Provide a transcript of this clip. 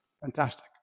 Fantastic